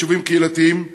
יישובים קהילתיים,